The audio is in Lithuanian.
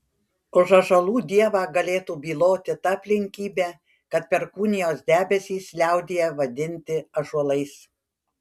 už ąžuolų dievą galėtų byloti ta aplinkybė kad perkūnijos debesys liaudyje vadinti ąžuolais